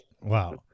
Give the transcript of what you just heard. Wow